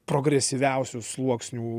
progresyviausių sluoksnių